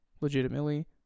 legitimately